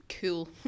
cool